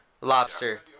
Lobster